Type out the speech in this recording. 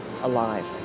alive